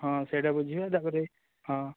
ହଁ ସେଟା ବୁଝିବା ତା'ପରେ ହଁ